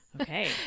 Okay